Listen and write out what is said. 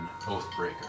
Oathbreaker